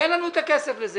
ואין לנו את הכסף לזה.